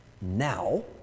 now